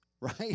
right